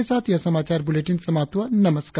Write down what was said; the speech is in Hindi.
इसी के साथ यह समाचार बुलेटिन समाप्त हुआ नमस्कार